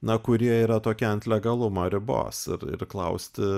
na kurie yra tokie ant legalumo ribos ir klausti